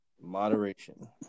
moderation